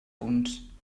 punts